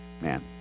Man